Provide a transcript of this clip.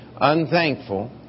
unthankful